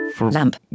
Lamp